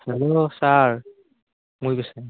hello sir মই কৈছে